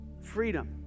Freedom